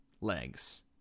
legs